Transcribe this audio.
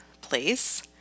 place